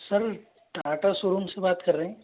sir Tata showroom से बात कर रहें